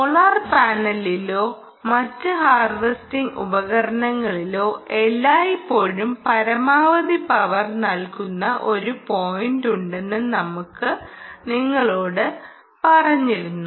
solar പാനലിലോ മറ്റ് harvesting ഉപകരണങ്ങളിലോ എല്ലായ്പ്പോഴും പരമാവധി പവർ നൽകുന്ന ഒരു പോയിന്റുണ്ടെന്ന് നമ്മൾ നിങ്ങളോട് പറഞ്ഞിരുന്നു